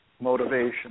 motivation